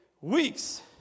weeks